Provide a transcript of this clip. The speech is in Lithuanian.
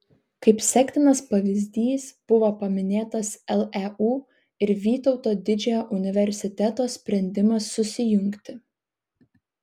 kaip sektinas pavyzdys buvo paminėtas leu ir vytauto didžiojo universiteto sprendimas susijungti